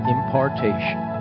Impartation